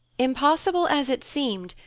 impossible as it seemed,